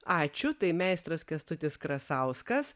ačiū tai meistras kęstutis krasauskas